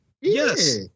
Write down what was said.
Yes